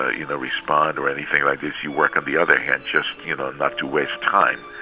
ah you know, respond or anything like this, you work on the other hand just, you know, not to waste time,